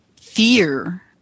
fear